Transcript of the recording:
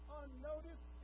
unnoticed